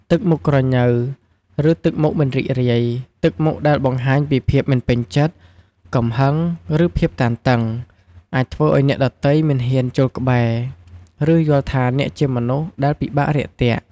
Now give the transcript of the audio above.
ទឹកមុខក្រញ៉ូវ ឬទឹកមុខមិនរីករាយ ទឹកមុខដែលបង្ហាញពីភាពមិនពេញចិត្ត កំហឹង ឬភាពតានតឹង អាចធ្វើឲ្យអ្នកដទៃមិនហ៊ានចូលក្បែរ ឬយល់ថាអ្នកជាមនុស្សដែលពិបាករាក់ទាក់។